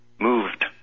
moved